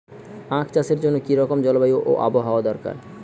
আখ চাষের জন্য কি রকম জলবায়ু ও আবহাওয়া দরকার?